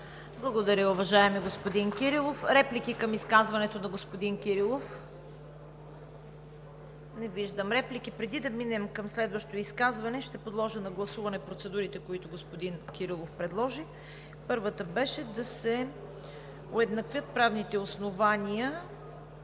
Благодаря, уважаеми господин Кирилов. Реплики към изказването на господин Кирилов? Не виждам. Преди да минем към следващото изказване, подлагам на гласуване процедурите, които господин Кирилов предложи. Първата беше да се уеднаквят правните основания,